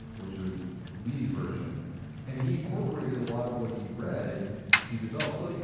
which was lee's version and he incorporated a lot of what he read to develop. so like